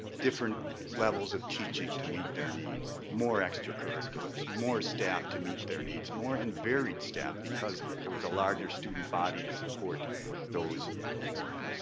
different levels of teaching to meet their needs. more extra curriculars, more staff to meet their needs, more invaried staff because there was a larger student body to support those more